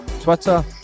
Twitter